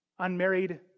unmarried